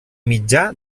mitjà